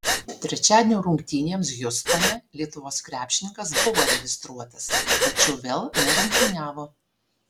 trečiadienio rungtynėms hjustone lietuvos krepšininkas buvo registruotas tačiau vėl nerungtyniavo